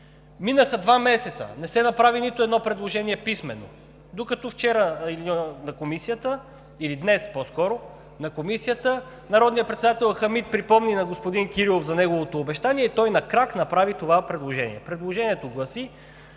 Минаха два месеца, не се направи нито едно предложение писмено, докато вчера на Комисията, или днес по-скоро на Комисията народният представител Хамид припомни на господин Кирилов за неговото обещание и той на крак направи това предложение. Предложението гласи,